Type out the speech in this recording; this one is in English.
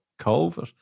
COVID